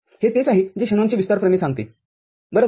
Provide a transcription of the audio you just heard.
हे तेच आहे जे शॅनॉनचे विस्तार प्रमेय सांगतेबरोबर